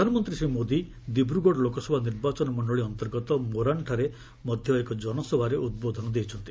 ପ୍ରଧାନମନ୍ତ୍ରୀ ଶ୍ରୀ ମୋଦି ଦିବ୍ରଗଡ଼ ଲୋକସଭା ନିର୍ବାଚନ ମଣ୍ଡଳୀ ଅନ୍ତର୍ଗତ ମୋରାନ୍ଠାରେ ମଧ୍ୟ ଏକ ଜନସଭାରେ ଉଦ୍ବୋଧନ ଦେଇଛନ୍ତି